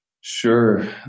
Sure